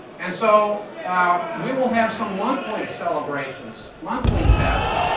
and so we will have some monthly celebrations, monthly tests,